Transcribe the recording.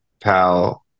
pal